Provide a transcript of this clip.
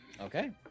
Okay